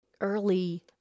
early